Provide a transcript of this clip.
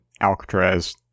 Alcatraz